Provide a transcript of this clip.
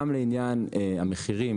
גם לעניין המחירים,